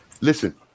Listen